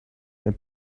and